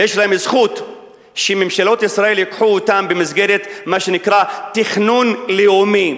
ויש להם זכות שממשלות ישראל ייקחו אותם במסגרת מה שנקרא תכנון לאומי.